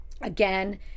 again –